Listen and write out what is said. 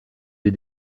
des